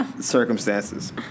circumstances